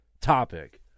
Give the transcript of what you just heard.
topic